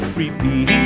repeat